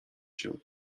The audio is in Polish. cię